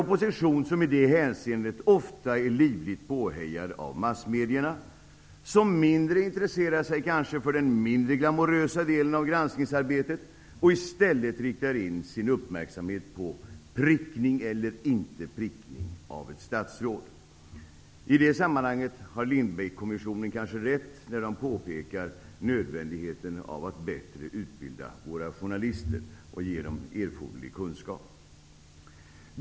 Oppositionen är i detta hänseende ofta livligt påhejad av massmedierna, som mindre intresserar sig för den föga glamorösa delen av granskningsarbetet och i stället riktar sin uppmärksamhet på prickning eller inte prickning av ett statsråd. I detta sammanhang har Lindbeckkommissionen kanske rätt när den påpekar nödvändigheten av att bättre utbilda journalisterna och ge dem erforderlig kunskap.